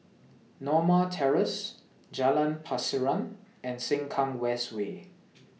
Norma Terrace Jalan Pasiran and Sengkang West Way